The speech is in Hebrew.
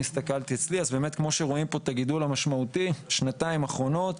אז כמו שרואים פה את הגידול המשמעותי בשנתיים האחרונות.